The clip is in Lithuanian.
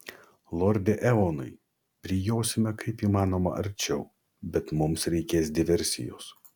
lorde eonai prijosime kaip įmanoma arčiau bet mums reikės diversijos